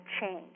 change